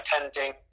attending